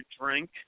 drink